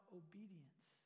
obedience